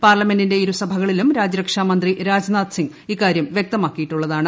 പാർലമെന്റിന്റെ ഇരുസഭകളിലും രാജ്യരക്ഷാമന്ത്രി രാജ്നാഥ് സിങ്ങ് ഇക്കാര്യം വൃക്തമാക്കിയിട്ടുള്ളതാണ്